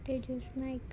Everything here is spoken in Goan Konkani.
तेजस नायक